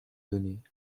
données